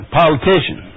politician